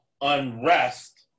unrest